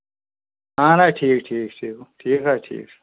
اَہن حظ ٹھیٖک ٹھیٖک ٹھیٖک ٹھیٖک حظ ٹھیٖک چھُ